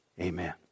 Amen